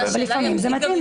אבל לפעמים זה מתאים.